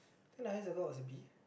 think highest I got was a B